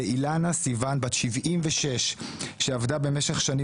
לאילנה סיון בת 76 שעבדה במשך שנים